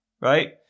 right